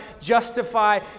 justify